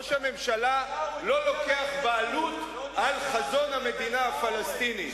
ראש הממשלה לא לוקח בעלות על חזון המדינה הפלסטינית,